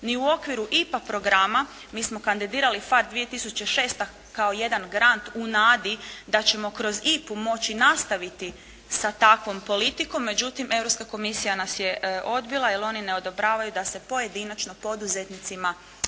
ni u okviru IPA programa, mi smo kandidirali FAR 2006. kao jedan grand u nadi da ćemo kroz IPU moći nastaviti sa takvom politikom, međutim, Europska komisija nas je odbila jer oni ne odobravaju da se pojedinačno poduzetnicima